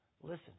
listen